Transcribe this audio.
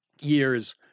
years